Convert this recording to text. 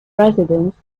residence